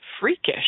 freakish